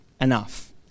enough